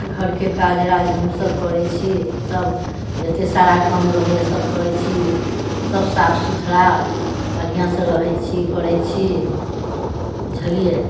घरके काज राज हम सभ करैत छी सभ जतेक सारा काम रहैया सभ करैत छी सभ साफ सुथड़ा बढ़िआँ से रहैत छी करैत छी बुझलियै